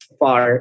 far